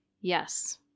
Yes